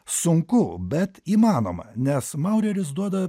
sunku bet įmanoma nes maureris duoda